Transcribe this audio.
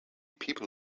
people